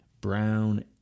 brown